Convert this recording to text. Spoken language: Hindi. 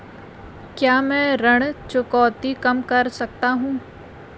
क्या मैं ऋण चुकौती कम कर सकता हूँ?